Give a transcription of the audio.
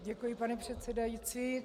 Děkuji, pane předsedající.